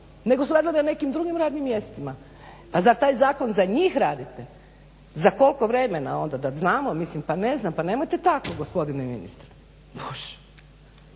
nego su radili na nekim drugim radnim mjestima? Pa zar taj zakon za njih radite? Za koliko vremena onda da znamo. Mislim pa ne znam, pa nemojte tako gospodine ministre. Bože!